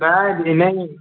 न आहे इन्हीअ